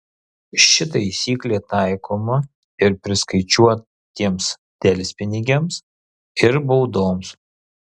ši taisyklė taikoma ir priskaičiuotiems delspinigiams ir baudoms